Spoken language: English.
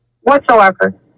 whatsoever